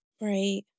Right